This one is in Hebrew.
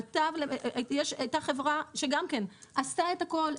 מט"ב הייתה חברה שגם עשתה את כל הספרים.